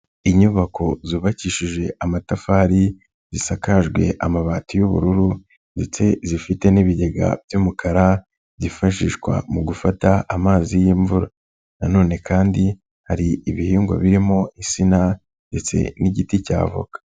Inyubako zubakishije amatafari, zisakajwe amabati y'ubururu ndetse zifite n'ibigega by'umukara, byifashishwa mu gufata amazi y'imvura. Nanone kandi hari ibihingwa birimo insina ndetse n'igiti cy'avoka.